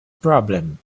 problem